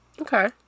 Okay